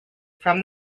from